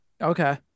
Okay